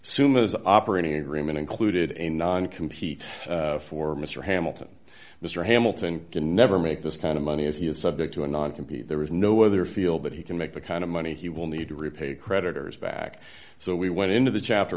seumas operating agreement included a nine compete for mr hamilton mr hamilton can never make this kind of money as he is subject to a non compete there is no other field that he can make the kind of money he will need to repay creditors back so we went into the chapter